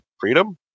freedom